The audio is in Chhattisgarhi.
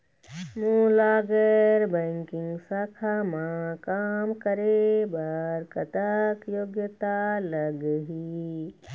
मोला गैर बैंकिंग शाखा मा काम करे बर कतक योग्यता लगही?